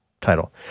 title